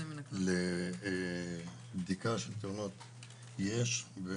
לבדיקה של תאונות יש.